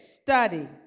study